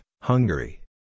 Hungary